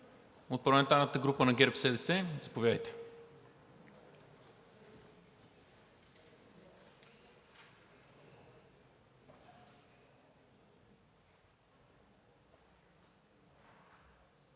От парламентарната група на ГЕРБ-СДС? Заповядайте.